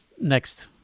next